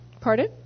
Pardon